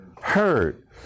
heard